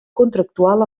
contractual